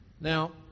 now